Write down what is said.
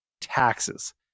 taxes